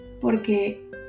porque